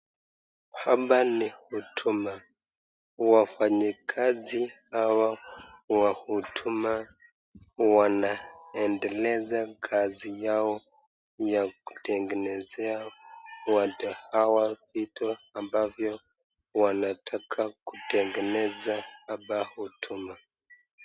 Hapa ni huduma. Wafanyikazi hawa wa huduma wanaendeleza kazi yao ya kutengenezea wateja wao vitu ambavyo wanataka kutengeneza hapa huduma.